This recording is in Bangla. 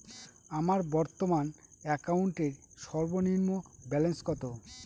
আমার বর্তমান অ্যাকাউন্টের সর্বনিম্ন ব্যালেন্স কত?